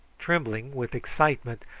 trembling with excitement,